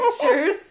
pictures